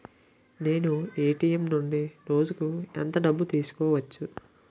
నేను ఎ.టి.ఎం నుండి రోజుకు ఎంత డబ్బు తీసుకోవచ్చు?